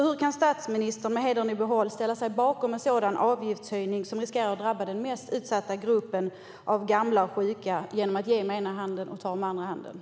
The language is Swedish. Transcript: Hur kan statsministern med hedern i behåll ställa sig bakom en sådan avgiftshöjning, som riskerar att drabba den mest utsatta gruppen av gamla och sjuka? Man ger med ena handen och tar med den andra.